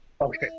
Okay